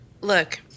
Look